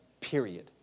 Period